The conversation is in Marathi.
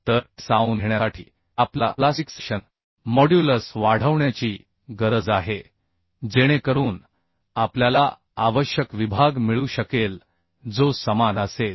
तर ते सामावून घेण्यासाठी आपल्याला प्लास्टिक सेक्शन मॉड्युलस वाढवण्याची गरज आहे जेणेकरून आपल्याला आवश्यक विभाग मिळू शकेल जो समान असेल